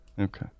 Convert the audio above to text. Okay